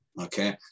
Okay